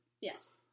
Yes